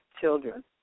children